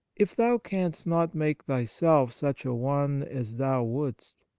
if thou canst not make thyself such a one as thou wouldst,